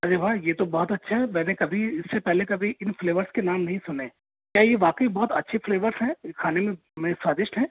अरे वाह ये तो बहुत अच्छा है मैंने कभी इससे पहले कभी इन फ्लेवर्स के नाम नहीं सुने क्या ये वाकई बहुत अच्छे फ्लेवर्स हैं खाने में स्वादिष्ट है